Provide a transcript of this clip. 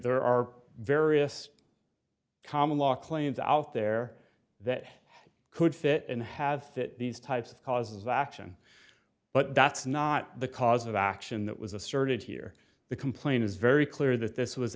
there are various common law claims out there that could sit and have that these types of causes action but that's not the cause of action that was asserted here the complaint is very clear that this was